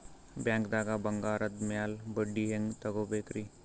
ಬ್ಯಾಂಕ್ದಾಗ ಬಂಗಾರದ್ ಮ್ಯಾಲ್ ಬಡ್ಡಿ ಹೆಂಗ್ ತಗೋಬೇಕ್ರಿ?